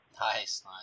Nice